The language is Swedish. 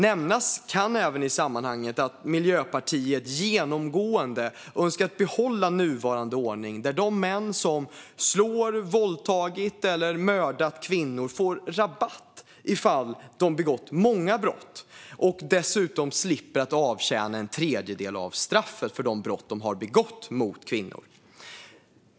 Nämnas kan även i sammanhanget att Miljöpartiet genomgående önskat behålla nuvarande ordning, där de män som slagit, våldtagit eller mördat kvinnor får rabatt om de begått många brott och dessutom slipper avtjäna en tredjedel av straffet för de brott de har begått mot kvinnor.